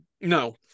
No